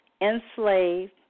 enslaved